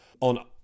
on